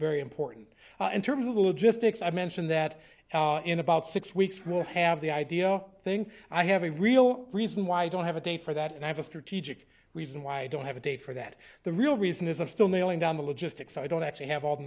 very important and terms of logistics i mentioned that in about six weeks we'll have the idea thing i have a real reason why i don't have a date for that and i have a strategic reason why i don't have a date for that the real reason is i'm still nailing down the logistics i don't actually have all the